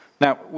Now